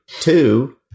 Two